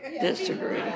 disagree